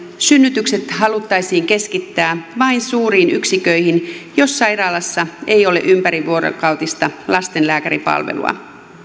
synnytykset haluttaisiin keskittää vain suuriin yksiköihin jos sairaalassa ei ole ympärivuorokautista lastenlääkäripalvelua